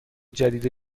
جدید